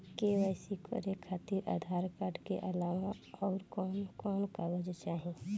KYC करे खातिर Aadhaar card के अलावा आउरकवन कवन कागज चाहीं?